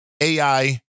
AI